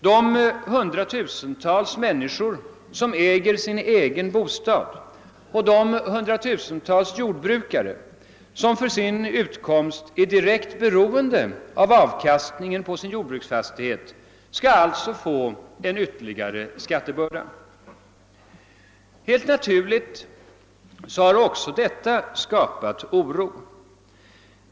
De hundratusentals människor som äger sin egen bostad och de hundratusentals jordbrukare som för sin utkomst är direkt beroende av avkastningen på sin jordbruksfastighet skall alltså få en ytterligare skattebörda. Helt naturligt har också detta skapat oro.